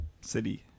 City